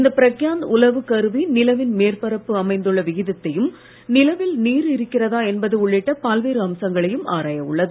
இந்த பிரக்யான் உலவு கருவி நிலவின் மேற்பரப்பு அமைந்துள்ள விதத்தையும் நிலவில் நீர் இருக்கிறதா என்பது உள்ளிட்ட பல்வேறு அம்சங்களையும் ஆராய உள்ளது